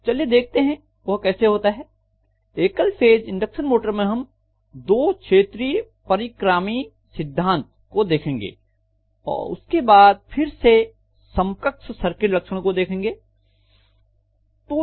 चलिए देखते हैं वह कैसे होता है एकल फेज इंडक्शन मोटर में हम दो क्षेत्रीय परिक्रामी सिद्धांत को देखेंगे उसके बाद फिर से समकक्ष सर्किट लक्षणों को देखेंगे इत्यादि